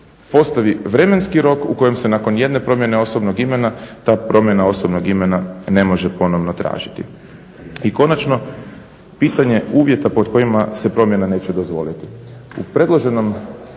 postavi vremenski rok u kojem se nakon jedne promjene osobnog imena ta promjena osobnog imena ne može ponovno tražiti. I konačno, pitanje uvjeta pod kojima se promjena neće dozvoliti. U predloženom